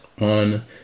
on